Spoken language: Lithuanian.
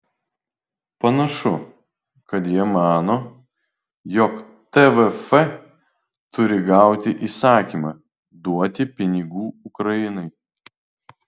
panašu kad jie mano jog tvf turi gauti įsakymą duoti pinigų ukrainai